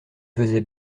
faisaient